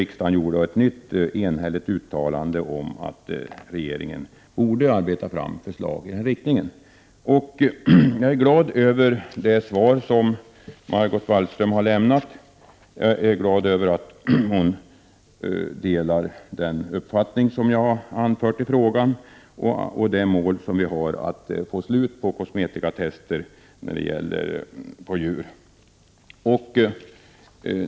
Riksdagen gjorde ett nytt enhälligt uttalande om att regeringen borde arbeta fram förslag i nämnda riktning. Jag är alltså glad över det svar som Margot Wallström har lämnat. Jag är också glad över att hon delar min uppfattning och över att hon instämmer i målsättningen att få ett slut på kosmetikatester på djur.